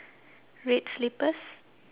red slippers